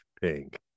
pink